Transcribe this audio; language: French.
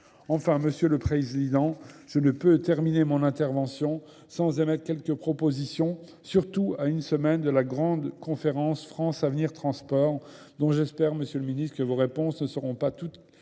Enfin, monsieur le Président, je ne peux terminer mon intervention sans émettre quelques propositions, surtout à une semaine de la grande conférence « France, avenir, transport », dont j'espère, monsieur le ministre, que vos réponses ne seront pas toutes